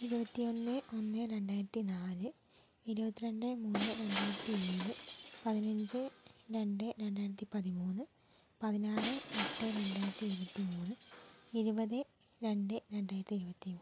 ഇരുപത്തി ഒന്ന് ഒന്ന് രണ്ടായിരത്തി നാല് ഇരുപത്തി രണ്ട് മൂന്ന് രണ്ടായിരത്തി ഏഴ് പതിനഞ്ച് രണ്ട് രണ്ടായിരത്തി പതിമൂന്ന് പതിനാറ് എട്ട് രണ്ടായിരത്തി ഇരുപത്തി മൂന്ന് ഇരുപത് രണ്ട് രണ്ടായിരത്തി ഇരുപത്തി മൂന്ന്